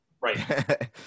Right